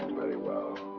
very well.